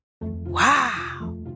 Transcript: Wow